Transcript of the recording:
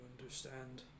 understand